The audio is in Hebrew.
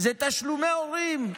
הוא תשלומי הורים.